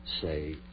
Say